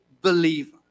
believer